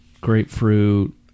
grapefruit